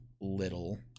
little